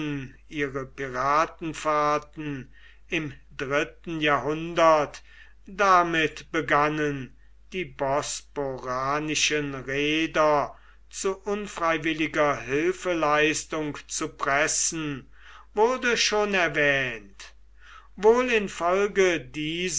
ihre piratenfahrten im dritten jahrhundert damit begannen die bosporanischen reeder zu unfreiwilliger hilfeleistung zu pressen wurde schon erwähnt wohl infolge dieses